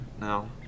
No